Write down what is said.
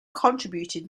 contributed